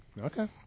Okay